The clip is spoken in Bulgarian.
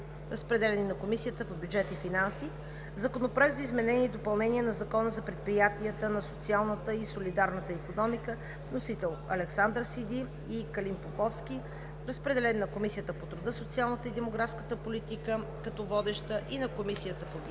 Разпределен е на Комисията по бюджет и финанси. Законопроект за изменение и допълнение на Закона за предприятията на социалната и солидарна икономика. Вносители са Александър Сиди и Калин Поповски. Разпределен е на Комисията по труда, социалната и демографската политика като водеща, и на Комисията по бюджет